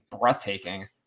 breathtaking